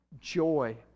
joy